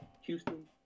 Houston